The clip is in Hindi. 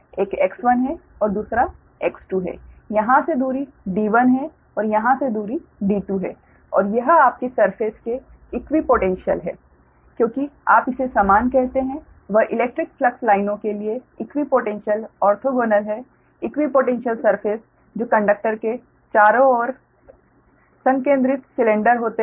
एक X1 है और दूसरा X2 है यहाँ से दूरी D1 है और यहाँ से दूरी D2 है और यह आपकी सरफेस के इक्विपोटेंशियल है क्योंकि आप जिसे समान कहते हैं वह इलेक्ट्रिक फ्लक्स लाइनों के लिए इक्विपोटेंशियल ऑर्थोगोनल है इक्विपोटेंशियल सरफेस जो कंडक्टर के चारों ओर संकेंद्रित सिलेंडर होते हैं